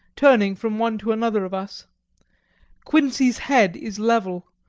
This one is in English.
turning from one to another of us quincey's head is level.